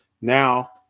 Now